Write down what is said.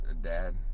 dad